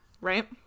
Right